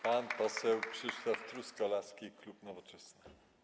Pan poseł Krzysztof Truskolaski, klub Nowoczesna.